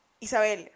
Isabel